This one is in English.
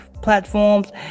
platforms